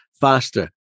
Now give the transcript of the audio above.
faster